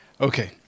Okay